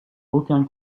aucun